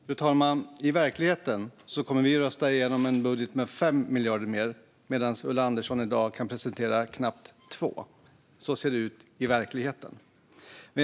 Fru talman! I verkligheten kommer vi att rösta igenom en budget med 5 miljarder mer, medan Ulla Andersson i dag kan presentera knappt 2. Så ser det ut i verkligheten.